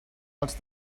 els